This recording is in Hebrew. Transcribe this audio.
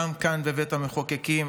גם כאן בבית המחוקקים,